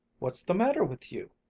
what's the matter with you?